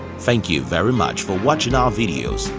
thank you very much for watching our videos.